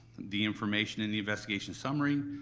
the information in the investigation summary,